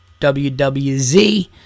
WWZ